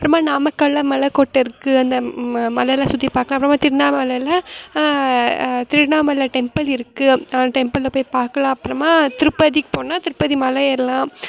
அப்புறமா நாமக்கல்லில் மலைக்கோட்டை இருக்குது அந்த ம மலையெலாம் சுற்றி பார்க்கலாம் அப்புறமா திருண்ணாமலையில் திருண்ணாமலை டெம்பிள் இருக்குது டெம்பிளில் போய் பார்க்கலாம் அப்புறமா திருப்பதிக்கு போனால் திருப்பதி மலை ஏறலாம்